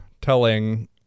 telling